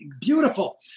Beautiful